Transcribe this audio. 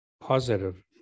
positive